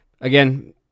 again